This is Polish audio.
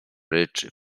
ryczy